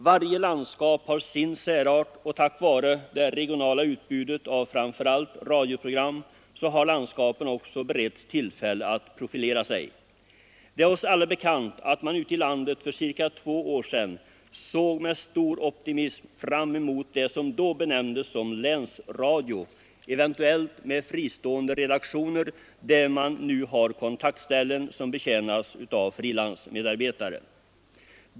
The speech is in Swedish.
Varje landskap har sin särart, och tack vare det regionala utbudet av framför allt radioprogram har landskapen beretts tillfälle att profilera sig. Det är oss alla bekant att man ute i landet för cirka två år sedan såg med optimism fram mot det som då benämndes som länsradio, eventuellt med fristående redaktioner, där man nu har kontaktställen som betjänas av frilansmedarbetare.